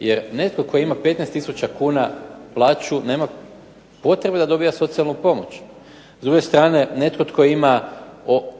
Jer netko tko ima 15 tisuća kuna plaću nema potrebe da dobiva socijalnu pomoć. S druge strane netko tko ima